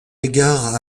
égard